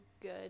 good